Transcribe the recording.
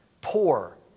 poor